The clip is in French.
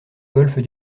golfe